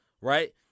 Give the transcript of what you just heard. Right